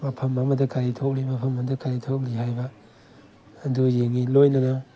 ꯃꯐꯝ ꯑꯃꯗ ꯀꯔꯤ ꯊꯣꯛꯂꯤ ꯃꯐꯝ ꯑꯃꯗ ꯀꯔꯤ ꯊꯣꯛꯂꯤ ꯍꯥꯏꯕ ꯑꯗꯨ ꯌꯦꯡꯏ ꯂꯣꯏꯅꯅ